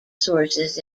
sources